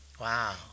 Wow